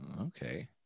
Okay